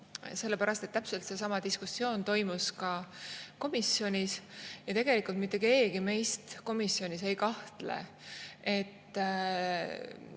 sellepärast et täpselt seesama diskussioon toimus ka komisjonis. Tegelikult mitte keegi meist komisjonis ei kahtle, et